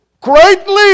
greatly